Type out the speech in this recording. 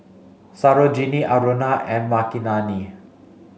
Sarojini Aruna and Makineni